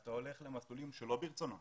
אתה הולך למסלולים שלא ברצונו